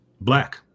black